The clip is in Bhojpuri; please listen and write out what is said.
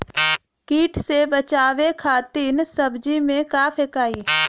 कीट से बचावे खातिन सब्जी में का फेकाई?